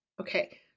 Okay